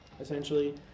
essentially